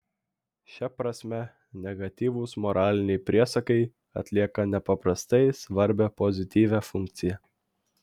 šia prasme negatyvūs moraliniai priesakai atlieka nepaprastai svarbią pozityvią funkciją